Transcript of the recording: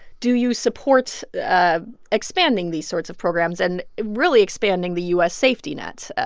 do you support ah expanding these sorts of programs and really expanding the u s. safety net?